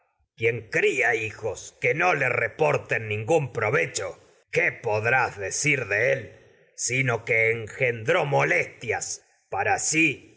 quien cria hijos que no le reporten vecho qué lestias ningún pro podrás decir sí y de él sino que engendró mo para sus